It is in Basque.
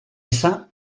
eza